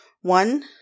One